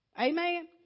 Amen